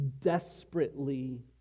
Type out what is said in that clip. desperately